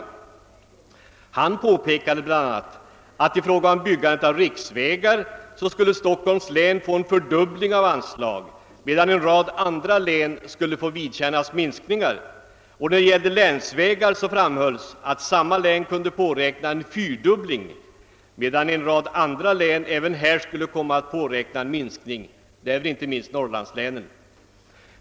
Han påpekade bl.a. att Stockholms län i fråga om byggandet av riksvägar skulle få en fördubbling av anslaget, medan en rad andra län skulle få vidkännas minskningar, och beträffande länsvägar framhölls att sam ma län kunde påräkna en fyrdubbling medan många andra län även härvidlag skulle få påräkna en minskning, inte minst Norrlandsiänen.